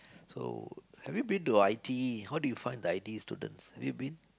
so have you been to I_T_E how do you find the I_T_E students have you been